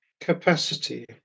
capacity